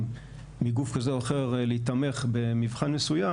מגוף כזה או אחר להיתמך במבחן מסוים,